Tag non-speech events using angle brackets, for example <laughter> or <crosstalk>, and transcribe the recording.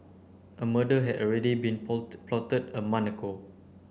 a murder had already been <unintelligible> plotted a month ago